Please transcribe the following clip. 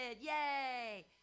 Yay